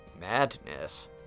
Madness